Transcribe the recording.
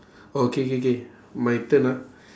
oh K K K my turn ah